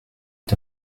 est